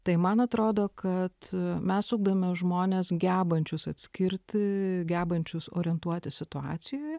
tai man atrodo kad mes ugdome žmones gebančius atskirti gebančius orientuotis situacijoj